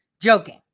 joking